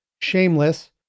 Shameless